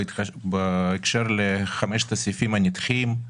בהקשר לחמשת הסעיפים הנדחים,